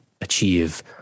achieve